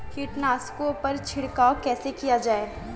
कीटनाशकों पर छिड़काव कैसे किया जाए?